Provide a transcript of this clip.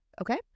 Okay